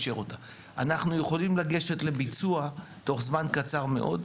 אנחנו יכולים לגשת לביצוע תוך זמן קצת מאוד,